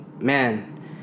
man